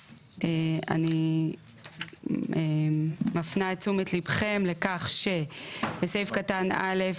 אז אני מפנה את תשומת ליבכם לכך שבסעיף קטן א'